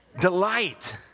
delight